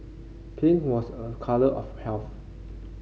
pink was a colour of health